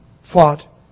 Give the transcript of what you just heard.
fought